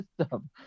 system